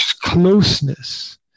closeness